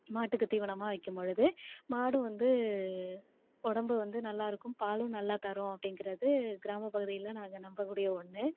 மாட்டுக்கு தீவனமா வைக்கும்பொழுது மாடு வந்து உடம்பு வந்து நல்லாருக்கும் பாலும் நல்லா தரும் அப்படிங்கறது கிராமப்பகுதியில் நாங்கள் நம்ம கூடிய ஒன்று